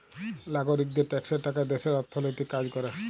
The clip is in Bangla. লাগরিকদের ট্যাক্সের টাকা দ্যাশের অথ্থলৈতিক কাজ ক্যরে